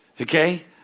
Okay